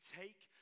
take